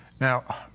Now